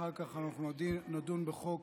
אחר כך אנחנו נדון בחוק